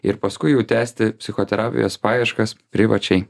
ir paskui jau tęsti psichoterapijos paieškas privačiai